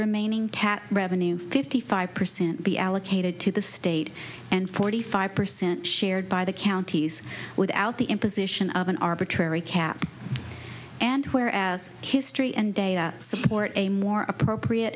remaining cat revenue fifty five percent be allocated to the state and forty five percent shared by the counties without the imposition of an arbitrary cap and where as history and they support a more appropriate